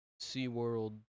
SeaWorld